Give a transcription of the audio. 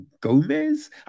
Gomez